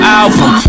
album